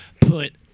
Put